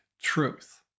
truth